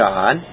God